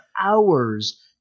hours